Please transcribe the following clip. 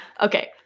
okay